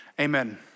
amen